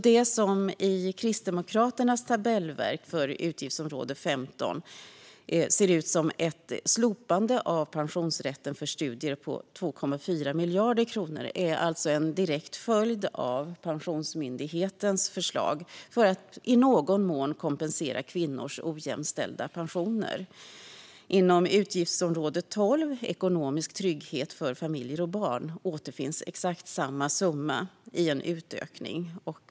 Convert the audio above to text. Det som i Kristdemokraternas tabellverk för utgiftsområde 15 ser ut som ett slopande av pensionsrätten för studier på 2,4 miljarder kronor är alltså en direkt följd av Pensionsmyndigheten förslag, för att i någon mån kompensera för kvinnors ojämställda pensioner. Inom utgiftsområde 12, Ekonomisk trygghet för familjer och barn, återfinns exakt samma summa i en utökning.